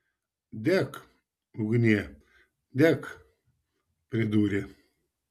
dek ugnie dek pridūrė